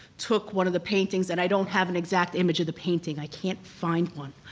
took one of the paintings, and i don't have an exact image of the painting, i can't find one,